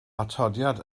atodiad